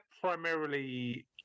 primarily